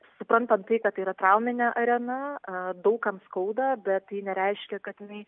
suprantant tai kad yra trauminė arena daug kam skauda bet tai nereiškia kad jinai